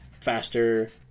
faster